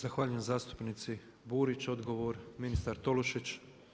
Zahvaljujem zastupnici Burić, odgovor ministar Tolušić.